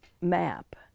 map